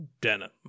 denim